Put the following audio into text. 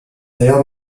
her